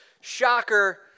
Shocker